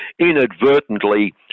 inadvertently